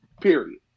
Period